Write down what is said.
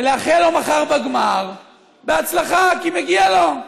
ולאחל לו מחר בגמר בהצלחה, כי מגיע לו.